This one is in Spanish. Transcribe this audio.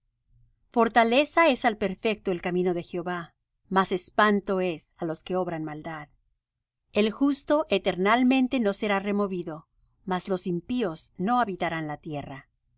fortaleza es al perfecto el camino de jehová mas espanto es á los que obran maldad el justo eternalmente no será removido mas los impíos no habitarán la tierra la